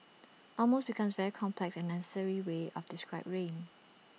almost becomes very complex and unnecessary way up to describe rain